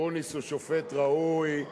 גרוניס הוא שופט ראוי,